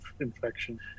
infection